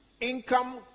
income